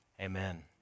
amen